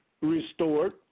restored